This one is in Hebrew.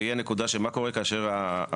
והיא נקודה של מה קורה כאשר הצווים